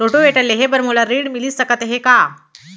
Rotavator लेहे बर मोला ऋण मिलिस सकत हे का?